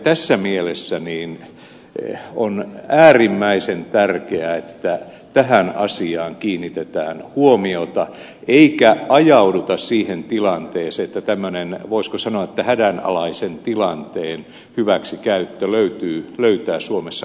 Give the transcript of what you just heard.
tässä mielessä on äärimmäisen tärkeää että tähän asiaan kiinnitetään huomiota eikä ajauduta siihen tilanteeseen että tämmöinen voisiko sanoa hädänalaisen tilanteen hyväksikäyttö löytää suomessa uusia kanavia